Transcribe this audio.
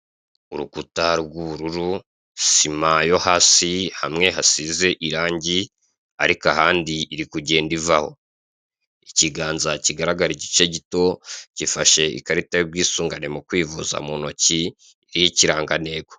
Urukuta rw'ubururu sima yo hasi hamwe hasize irangi ariko ahandi iri kugenda ivaho. Ikiganza kigaragara igice gito gifashe ikarita y'ubwisungane mu kwivuza mu ntoki, iriho ikirangantego.